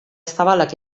zabalak